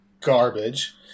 garbage